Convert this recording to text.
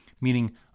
Meaning